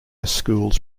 schools